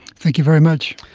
thank you very much.